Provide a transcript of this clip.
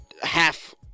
half